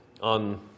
on